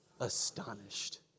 Astonished